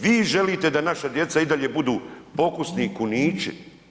Vi želite da naša djeca i dalje budu pokusni kunići.